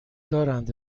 دارند